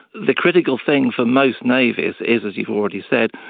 the critical thing for most navies is, as you've already said,